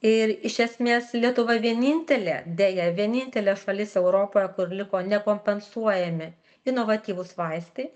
ir iš esmės lietuva vienintelė deja vienintelė šalis europoje kur liko nekompensuojami inovatyvūs vaistai